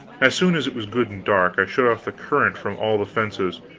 as soon as it was good and dark, i shut off the current from all the fences,